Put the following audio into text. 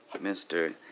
Mister